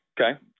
Okay